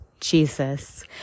Jesus